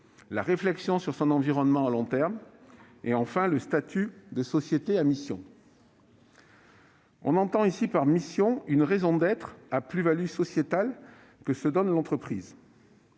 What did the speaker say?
la réflexion sur son environnement à long terme ; enfin, le statut de « société à mission ». On entend ici par « mission » une « raison d'être » à plus-value sociétale que se donne l'entreprise.